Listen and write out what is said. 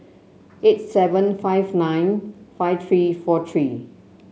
eight seven five nine five three four three